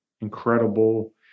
incredible